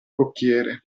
cocchiere